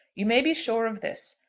you may be sure of this,